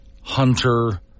Hunter